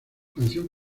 canción